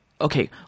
okay